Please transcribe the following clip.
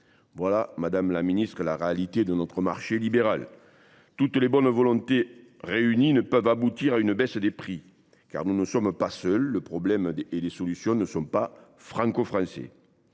Voilà, madame la ministre, la réalité de notre marché libéral. Toutes les bonnes volontés réunies ne peuvent pas aboutir à une baisse des prix, car nous ne sommes pas seuls. Le problème et les solutions ne sont pas franco français.